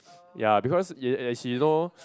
ya because ya ya she know